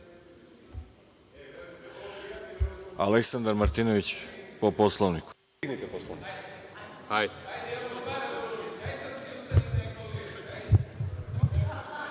**Aleksandar Martinović** Po Poslovniku.